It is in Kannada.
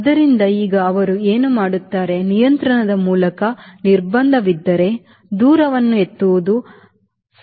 ಆದ್ದರಿಂದ ಈಗ ಅವರು ಏನು ಮಾಡುತ್ತಾರೆ ನಿಯಂತ್ರಣದ ಮೂಲಕ ನಿರ್ಬಂಧವಿದ್ದರೆ ದೂರವನ್ನು ಎತ್ತುವುದು 1000 ಮೀಟರ್ ಆಗಿರಬೇಕು